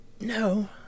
No